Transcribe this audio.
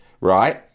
right